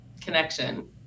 connection